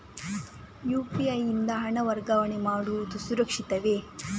UPI ಯಿಂದ ಹಣ ವರ್ಗಾವಣೆ ಮಾಡುವುದು ಸುರಕ್ಷಿತವೇ?